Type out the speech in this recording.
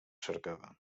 cercava